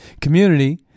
community